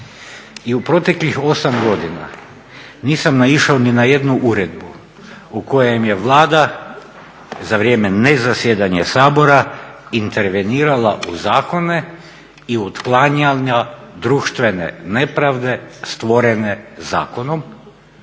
I u proteklih 8 godina nisam naišao ni na jednu uredbu u kojem je Vlada za vrijeme ne zasjedanja Sabora intervenirala u zakone i otklanjala društvene nepravde stvorene zakonom,